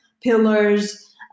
pillars